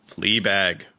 Fleabag